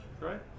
right